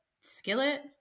skillet